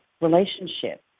relationship